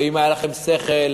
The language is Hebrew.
ואם היה לכם שכל,